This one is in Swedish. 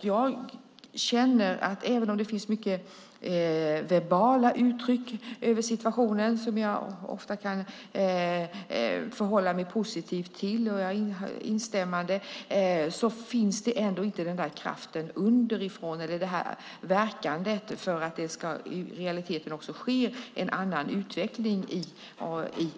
Jag känner att även om det finns många verbala uttryck över situationen som jag ofta kan förhålla mig positiv och instämmande till finns inte kraften underifrån eller verkandet för att det i realiteten ska ske en annan utveckling i